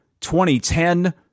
2010